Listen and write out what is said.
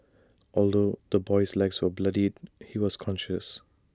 although the boy's legs were bloodied he was conscious